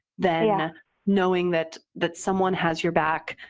than yeah knowing that that someone has your back,